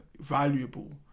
valuable